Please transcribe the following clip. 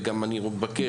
וגם אני מבקש,